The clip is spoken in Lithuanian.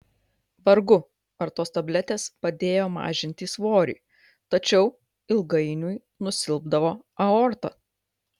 vargu ar tos tabletės padėjo mažinti svorį tačiau ilgainiui nusilpdavo aorta